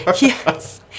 Yes